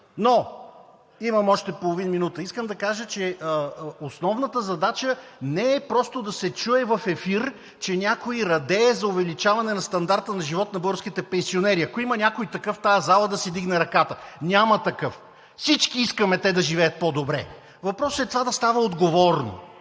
Имам още половин минута. Искам да кажа, че основната задача не е просто да се чуе в ефир, че някой радее за увеличаване на стандарта на живот на българските пенсионери. Ако има някой такъв в тази зала, да си вдигне ръката. Няма такъв! Всички искаме те да живеят по-добре! Въпросът е това да става отговорно.